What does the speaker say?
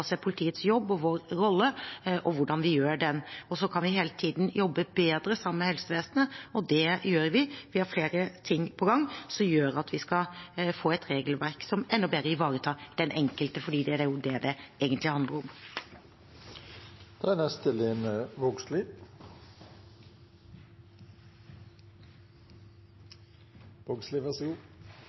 politiets jobb og vår rolle, og hvordan vi gjør den. Så kan vi hele tiden jobbe bedre sammen med helsevesenet, og det gjør vi. Vi har flere ting på gang som gjør at vi skal få et regelverk som enda bedre ivaretar den enkelte, for det er jo det det egentlig handler